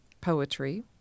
poetry